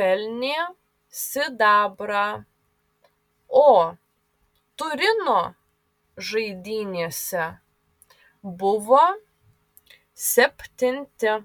pelnė sidabrą o turino žaidynėse buvo septinti